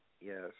yes